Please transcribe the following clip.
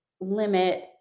limit